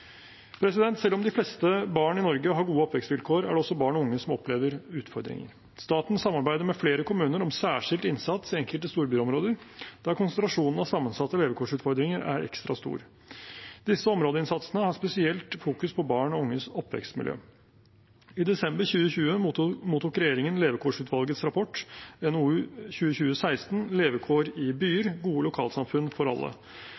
Selv om de fleste barn i Norge har gode oppvekstvilkår, er det også barn og unge som opplever utfordringer. Staten samarbeider med flere kommuner om særskilt innsats i enkelte storbyområder der konsentrasjonen av sammensatte levekårsutfordringer er ekstra stor. Disse områdesatsingene har spesiell fokus på barn og unges oppvekstmiljø. I desember 2020 mottok regjeringen by- og levekårsutvalgets rapport, NOU 2020:16, Levekår i byer – Gode lokalsamfunn for alle.